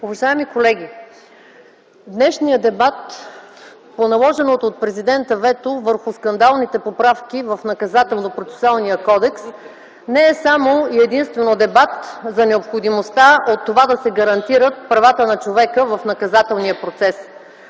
Уважаеми колеги, днешният дебат по наложеното от президента вето върху скандалните поправки в Наказателно-процесуалния кодекс, не е само и единствено дебат за необходимостта от това да се гарантират правата на човека в наказателния процес.